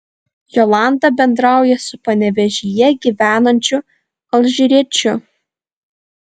jolanta bendrauja su panevėžyje gyvenančiu alžyriečiu